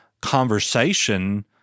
conversation